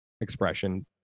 expression